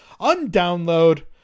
undownload